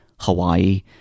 hawaii